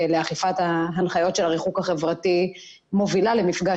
לאכיפת ההנחיות של הריחוק החברתי מובילה למפגש